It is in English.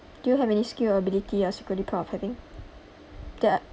do you have any skill or ability you are secretly proud of having that